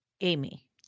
Amy